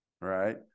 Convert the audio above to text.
right